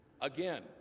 Again